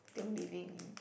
still living in